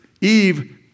Eve